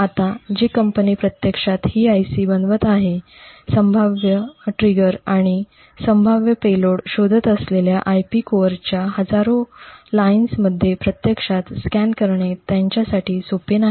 आता जी कंपनी प्रत्यक्षात ही IC बनवित आहे असे नाही संभाव्य ट्रिगर आणि संभाव्य पेलोड शोधत असलेल्या IP कोअरच्या हजारो ओळींमध्ये प्रत्यक्षात स्कॅन करणे त्यांच्यासाठी सोपे नाही